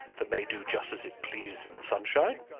that may do just as it pleases in the sunshine.